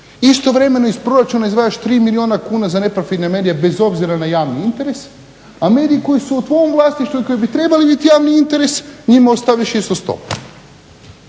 istovremeno iz proračuna izdvajaš 3 milijuna kuna za neprofitne medije bez obzira na javni interes, a mediji koji su u tvom vlasništvu i koji bi trebali biti javni interes njima ostaviš isto 100.